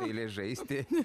eilė žaisti